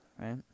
right